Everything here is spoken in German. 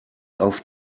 auf